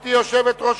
גברתי יושבת-ראש